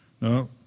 No